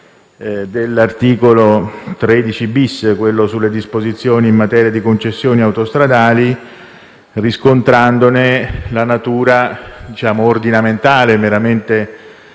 dell'articolo 13-*bis,* recante disposizioni in materia di concessioni autostradali, riscontrandone la natura ordinamentale meramente